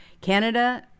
Canada